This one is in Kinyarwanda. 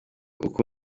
uko